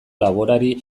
laborari